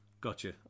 Gotcha